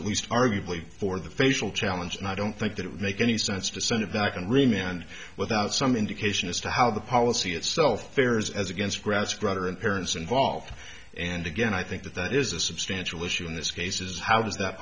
at least arguably for the facial challenge and i don't think that it would make any sense to send it back and remain and without some indication as to how the policy itself fares as against gratz grutter and parents involved and again i think that that is a substantial issue in this case is how does that